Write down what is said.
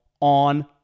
on